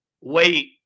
wait